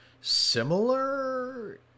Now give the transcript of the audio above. similar